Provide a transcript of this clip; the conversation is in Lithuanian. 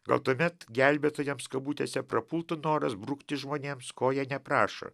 gal tuomet gelbėtojams kabutėse prapultų noras brukti žmonėms ko jie neprašo